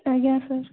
ଆଜ୍ଞା ସାର୍